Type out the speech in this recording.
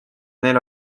neil